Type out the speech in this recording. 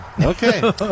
okay